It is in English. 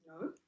No